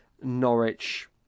Norwich